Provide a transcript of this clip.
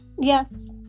yes